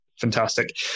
fantastic